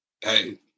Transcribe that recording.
Hey